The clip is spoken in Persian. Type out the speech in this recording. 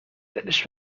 دلش